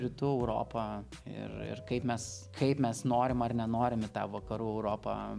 rytų europa ir ir kaip mes kaip mes norim ar nenorim į tą vakarų europą